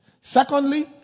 Secondly